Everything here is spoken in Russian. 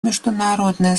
международное